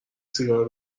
سیگار